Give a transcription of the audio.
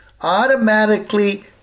automatically